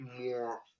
more